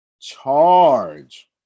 charge